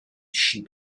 sheep